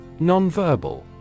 Nonverbal